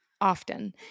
Often